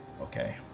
Okay